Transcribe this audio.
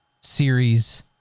series